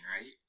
right